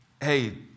Hey